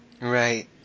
right